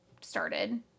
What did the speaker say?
started